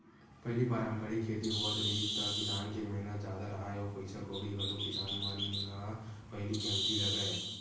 पहिली पारंपरिक खेती होवत रिहिस त किसान के मेहनत जादा राहय अउ पइसा कउड़ी घलोक किसान मन न पहिली कमती लगय